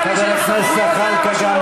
חבר הכנסת זחאלקה,